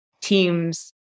teams